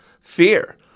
Fear